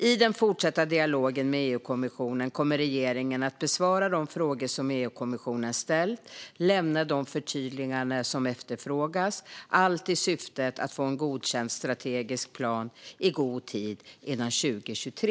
I den fortsatta dialogen med EU-kommissionen kommer regeringen att besvara de frågor som EU-kommissionen ställt och lämna de förtydliganden som efterfrågas, allt i syftet att få en godkänd strategisk plan i god tid innan 2023.